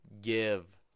give